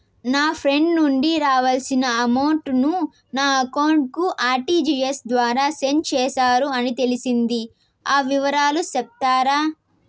నా ఫ్రెండ్ నుండి రావాల్సిన అమౌంట్ ను నా అకౌంట్ కు ఆర్టిజియస్ ద్వారా సెండ్ చేశారు అని తెలిసింది, ఆ వివరాలు సెప్తారా?